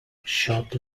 short